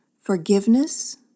forgiveness